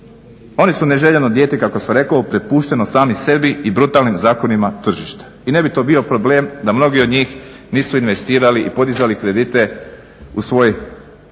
Oni su neželjeno dijete kako sam rekao prepušteni sami sebi i brutalnim zakonima tržišta. I ne bi to bio problem da mnogi od njih nisu investirali i podizali kredite u svoje